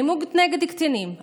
אלימות נגד קטינים,